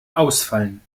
ausfallen